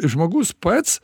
žmogus pats